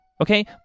Okay